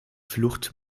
flucht